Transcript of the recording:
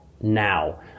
now